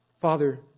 Father